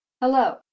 Hello